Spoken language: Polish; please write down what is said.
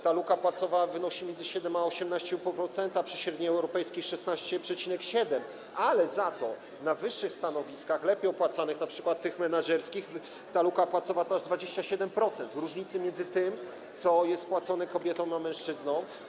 Ta luka płacowa wynosi między 7% a 18,5% przy średniej europejskiej 16,7%, ale za to na wyższych stanowiskach, lepiej opłacanych, np. menedżerskich, ta luka płacowa to aż 27% różnicy między tym, co jest płacone kobietom a mężczyznom.